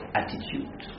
attitude